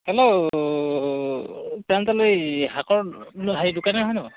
hello এই শাকৰ হেৰি দোকানে হয় ন